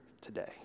today